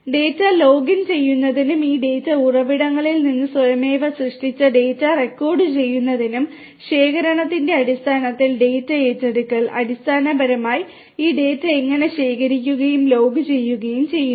data login ചെയ്യുന്നതിനും ഈ data ഉറവിടങ്ങളിൽ നിന്ന് സ്വയമേ സൃഷ്ടിച്ച ഡാറ്റ റെക്കോർഡുചെയ്യുന്നതിനും ശേഖരണത്തിന്റെ അടിസ്ഥാനത്തിൽ ഡാറ്റ ഏറ്റെടുക്കൽ അടിസ്ഥാനപരമായി ഈ ഡാറ്റ എങ്ങനെ ശേഖരിക്കുകയും ലോഗ് ചെയ്യുകയും ചെയ്യുന്നു